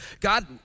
God